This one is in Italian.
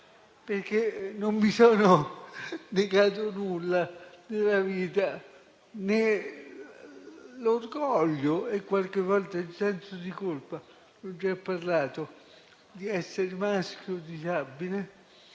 perché non mi sono negato nulla nella vita, né l'orgoglio, né qualche volta il senso di colpa - ne ho già parlato - di essere maschio disabile.